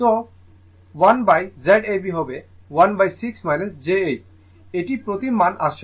সুতরাং 1Z ab হবে 16 j 8 এটি প্রতি মান আসে